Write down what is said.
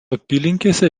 apylinkėse